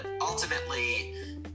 ultimately